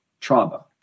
trauma